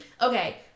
okay